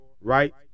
right